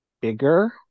bigger